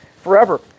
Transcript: forever